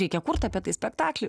reikia kurt apie tai spektaklį